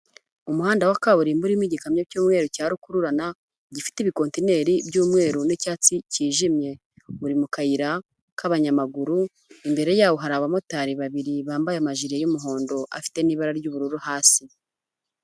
Umuhanda wa kaburimbo urimo igikamyo cy'umweru cya rukururana gifite ibikontineri by'umweru n'icyatsi kijimye, biri mu kayira k'abanyamaguru, imbere yaho hari abamotari babiri bambaye amajiri y'umuhondo afite n'ibara ry'ubururu hasi.